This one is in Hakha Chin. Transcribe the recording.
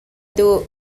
duh